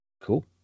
Cool